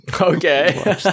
Okay